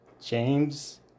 James